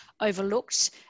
overlooked